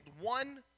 one